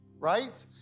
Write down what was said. Right